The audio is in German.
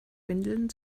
windeln